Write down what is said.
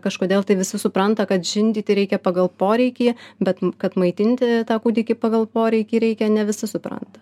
kažkodėl tai visi supranta kad žindyti reikia pagal poreikį bet kad maitinti tą kūdikį pagal poreikį reikia ne visi supranta